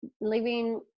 living